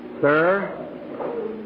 Sir